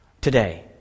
Today